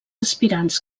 aspirants